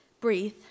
breathe